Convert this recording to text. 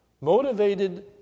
Motivated